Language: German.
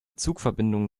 zugverbindungen